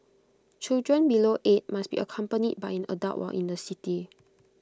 children below eight must be accompanied by an adult while in the city